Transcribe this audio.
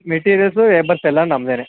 materials labours ಎಲ್ಲಾ ನಮ್ದೆ